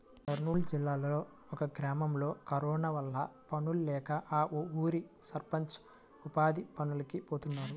కర్నూలు జిల్లాలో ఒక గ్రామంలో కరోనా వల్ల పనుల్లేక ఆ ఊరి సర్పంచ్ ఉపాధి పనులకి పోతున్నాడు